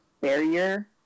barrier